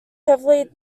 heavily